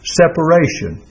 separation